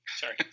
Sorry